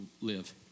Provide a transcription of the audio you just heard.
live